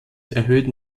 erhöhten